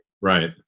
Right